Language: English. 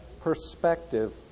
perspective